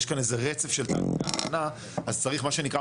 יש כאן איזה רצף של --- אז צריך מה שנקרא,